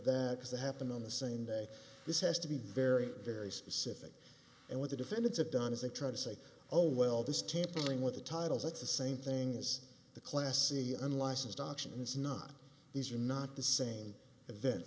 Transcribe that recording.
that because they happen on the same day this has to be very very specific and what the defendants have done is they try to say oh well this tampering with the titles it's the same thing as the classy unlicensed auction and it's not these are not the same event